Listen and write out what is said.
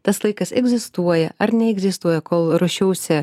tas laikas egzistuoja ar neegzistuoja kol ruošiausi